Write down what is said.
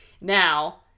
Now